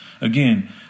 Again